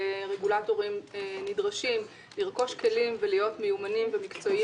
ורגולטורים נדרשים לרכוש כלים ולהיות מיומנים ומקצועיים